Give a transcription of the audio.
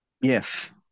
yes